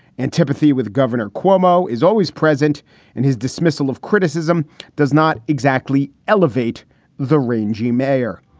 antipathy with governor cuomo is always present in his dismissal of criticism does not exactly elevate the rangey mayor.